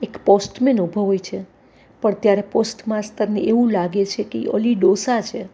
એક postman ઊભો હોય છે પણ ત્યારે પોસ્ટ માસ્તરને એવું લાગે છે કે એ અલી ડોસા છે